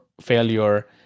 failure